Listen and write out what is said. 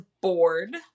bored